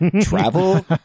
travel